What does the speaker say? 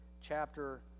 chapter